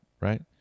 right